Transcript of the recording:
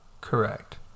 Correct